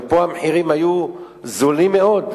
וכאן המחירים היו זולים מאוד,